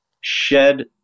shed